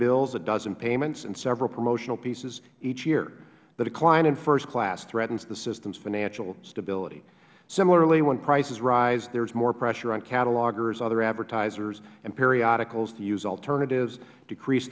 bills a dozen payments and several promotional pieces each year the decline in first class threatens the system's financial stability similarly when prices rise there is more pressure on catalogers other advertisers and periodicals to use alternatives decrease